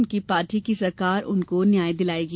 उनकी पार्टी की सरकार उनको न्याय दिलायेगी